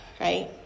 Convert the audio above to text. right